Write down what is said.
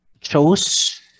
chose